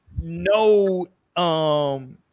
no